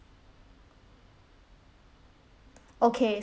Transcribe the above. okay